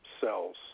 cells